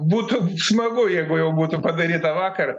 būtų smagu jeigu jau būtų padaryta vakar